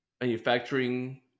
Manufacturing